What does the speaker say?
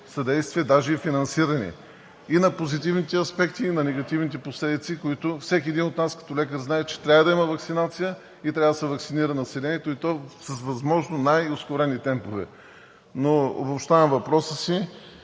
съдействие, даже и финансиране – и на позитивните аспекти, и на негативните последици, за които всеки един от нас като лекар знае, че трябва да има ваксинация и трябва населението да се ваксинира, и то с възможно най-ускорени темпове. Но, обобщавам въпроса си: